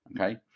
Okay